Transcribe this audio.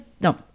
no